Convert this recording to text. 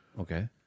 Okay